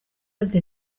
azi